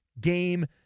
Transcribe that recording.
Game